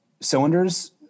cylinders